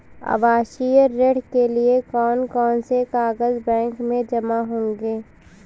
आवासीय ऋण के लिए कौन कौन से कागज बैंक में जमा होंगे?